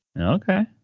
Okay